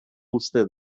uste